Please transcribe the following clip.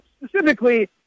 specifically